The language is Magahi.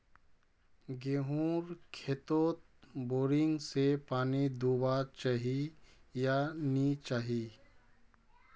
गेँहूर खेतोत बोरिंग से पानी दुबा चही या नी चही?